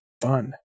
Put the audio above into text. fun